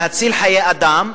להציל חיי אדם,